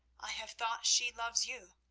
i have thought she loves you.